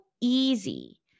easy